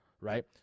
Right